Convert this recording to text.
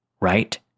right